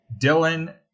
Dylan